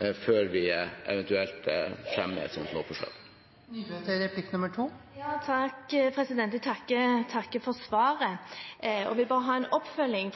før vi eventuelt fremmer et slikt lovforslag. Jeg takker for svaret og vil bare ha en oppfølging.